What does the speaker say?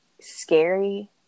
scary